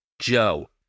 Joe